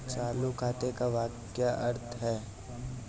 चालू खाते का क्या अर्थ है?